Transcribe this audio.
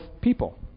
people